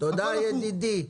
תודה, ידידי.